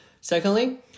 Secondly